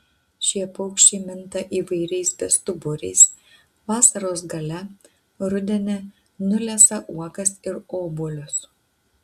šie paukščiai minta įvairiais bestuburiais vasaros gale rudenį nulesa uogas ir obuolius